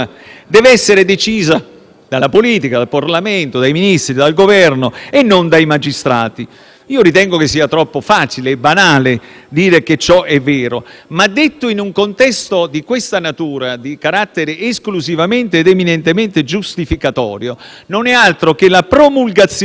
Ritengo che sia troppo facile e banale dire che ciò è vero, ma detto in un contesto di questa natura, di carattere esclusivamente ed eminentemente giustificatorio, non è altro che la promulgazione perenne di un modello istituzionale, che ha eguali solo nelle dittature e in